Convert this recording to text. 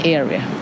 area